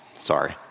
Sorry